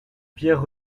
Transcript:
pierre